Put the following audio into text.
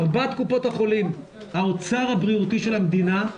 ארבעת קופות החולים, האוצר הבריאותי של המדינה,